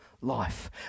life